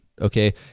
Okay